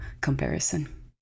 comparison